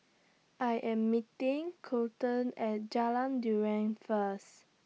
I Am meeting Kolten At Jalan Durian First